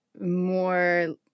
more